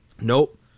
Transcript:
nope